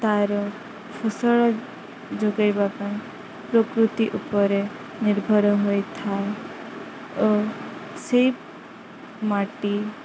ତା'ର ଫସଳ ଯୋଗାଇବା ପାଇଁ ପ୍ରକୃତି ଉପରେ ନିର୍ଭର ହୋଇଥାଏ ଓ ସେଇ ମାଟି